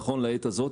נכון לעת הזאת,